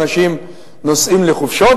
ואנשים נוסעים לחופשות,